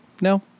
No